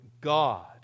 God